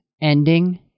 ending